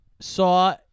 Saw